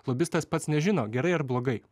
lobistas pats nežino gerai ar blogai